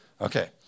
Okay